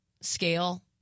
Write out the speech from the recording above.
scale